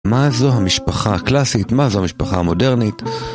מה זו המשפחה הקלאסית? מה זו המשפחה המודרנית?